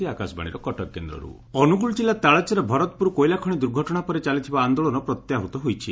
ଆନୋଳନ ପ୍ରତ୍ୟାହୃତ ଅନୁଗୁଳ ଜିଲ୍ଲା ତାଳଚେର ଭରତପୁର କୋଇଲା ଖଶି ଦୁର୍ଘଟଣା ପରେ ଚାଲିଥିବା ଆନ୍ଦୋଳନ ପ୍ରତ୍ୟାହୃତ ହୋଇଛି